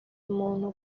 muntu